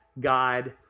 God